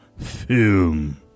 film